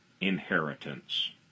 inheritance